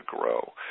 grow